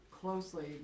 closely